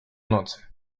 nocy